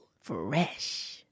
Fresh